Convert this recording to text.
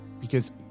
because-